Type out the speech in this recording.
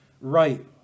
right